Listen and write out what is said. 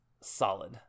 solid